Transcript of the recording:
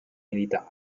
militare